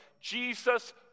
Jesus